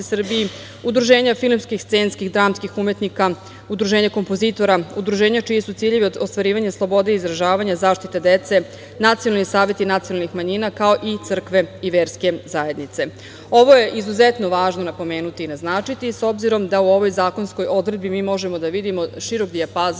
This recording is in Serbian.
udruženja filmskih, scenskih, dramskih umetnika, udruženja kompozitora, udruženja čiji su ciljevi ostvarivanje slobode izražavanja, zaštita dece, nacionalni saveti nacionalnih manjina, kao i crkve i verske zajednice. Ovo je izuzetno važno napomenuti i naznačiti, s obzirom da u ovoj zakonskoj odredbi mi možemo da vidimo širok dijapazon